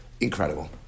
Incredible